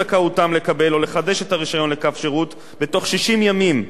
הרשיון לקו שירות בתוך 60 ימים מיום מסירת ההתראה,